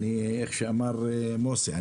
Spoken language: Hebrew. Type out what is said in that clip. כמו שאמר מוסי,